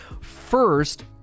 First